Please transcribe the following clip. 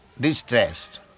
distressed